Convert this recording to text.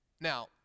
Now